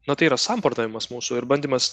na tai yra samprotavimas mūsų ir bandymas